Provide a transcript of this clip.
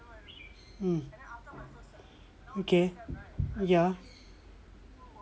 mm okay ya